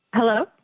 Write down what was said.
Hello